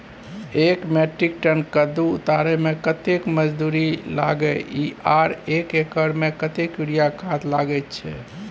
एक metric ton कद्दू उतारे में कतेक मजदूरी लागे इ आर एक एकर में कतेक यूरिया खाद लागे छै?